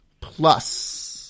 plus